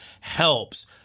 helps